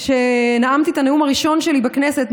כשנאמתי את הנאום הראשון שלי בכנסת,